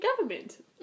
government